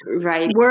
Right